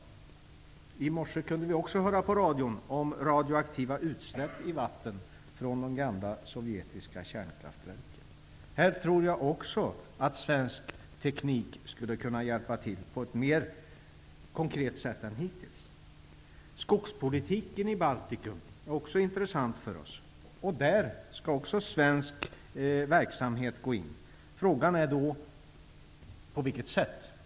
I morse kunde vi höra på radion också om radioaktiva utsläpp i vattnet från de gamla sovjetiska kärnkraftverken. Jag tror att svensk teknik skulle kunna hjälpa till på ett mer konkret sätt än hittills. Skogspolitiken i Baltikum är intressant för oss. Också på det området skall svensk verksamhet gå in. Frågan är på vilket sätt det skall göras.